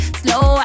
slow